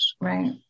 Right